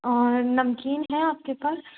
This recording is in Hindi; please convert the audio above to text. और नमकीन है आपके पास